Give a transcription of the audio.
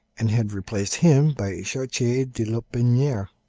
and had replaced him by chartier de lotbiniere.